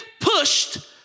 pushed